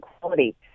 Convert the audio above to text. quality